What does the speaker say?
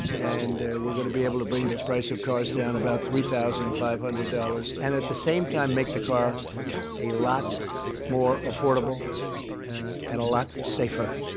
and we're going to be able to bring the price of cars down about three thousand five hundred dollars and, at the same time, make the car a lot more affordable and a lot safer.